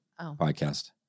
podcast